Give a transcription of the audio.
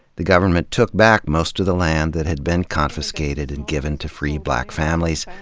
the government took back most of the land that had been confiscated and given to free black families,